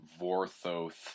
Vorthoth